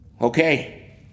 Okay